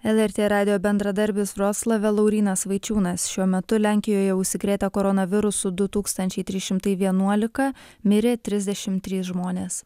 lrt radijo bendradarbis vroclave laurynas vaičiūnas šiuo metu lenkijoje užsikrėtę koronavirusu du tūkstančiai trys šimtai vienuolika mirė trisdešimt trys žmonės